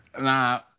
Nah